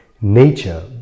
nature